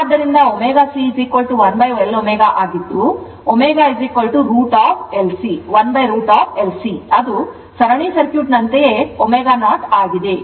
ಆದ್ದರಿಂದ ω C1L ω ಆದ್ದರಿಂದ ω 1√ L C ಅದು ಸರಣಿ ಸರ್ಕ್ಯೂಟ್ನಂತೆಯೇ ω0 ಆಗಿದೆ